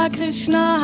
Krishna